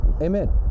amen